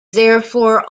therefore